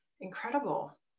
incredible